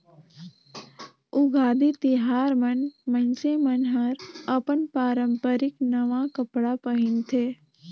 उगादी तिहार मन मइनसे मन हर अपन पारंपरिक नवा कपड़ा पहिनथे